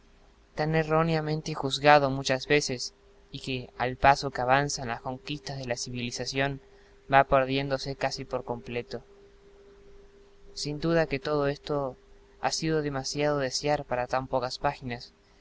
tan erróneamente juzgado muchas veces y que al paso que avanzan las conquistas de la civilización va perdiéndose casi por completo sin duda que todo esto ha sido demasiado desear para tan pocas páginas